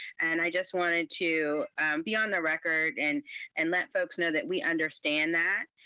and i just wanted to be on the record and and let folks know that we understand that.